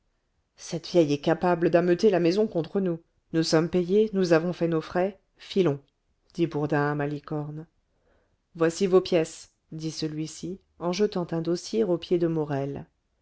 cette vieille est capable d'ameuter la maison contre nous nous sommes payés nous avons fait nos frais filons dit bourdin à malicorne voici vos pièces dit celui-ci en jetant un dossier aux pieds de morel